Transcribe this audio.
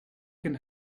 can